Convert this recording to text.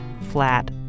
flat